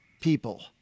people